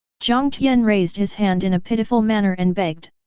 jiang tian raised his hand in a pitiful manner and begged.